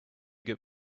good